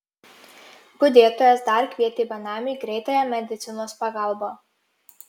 budėtojas dar kvietė benamiui greitąją medicinos pagalbą